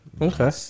Okay